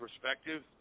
perspective